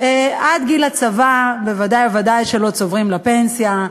עד גיל הצבא בוודאי ובוודאי לא צוברים לפנסיה.